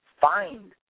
find